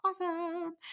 awesome